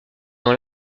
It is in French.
dans